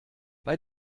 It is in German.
bei